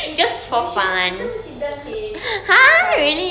eh we should kita mesti dance seh next time